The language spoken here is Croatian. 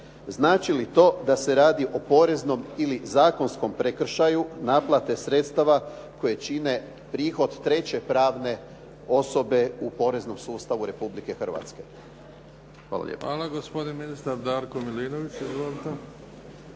Znači li to da se radi o poreznom ili zakonskom prekršaju naplate sredstava koje čine prihod treće pravne osobe u poreznom sustavu Republike Hrvatske. Hvala lijepa. **Bebić,